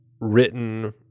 written